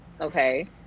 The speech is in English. okay